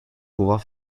pouvoir